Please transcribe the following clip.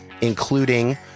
including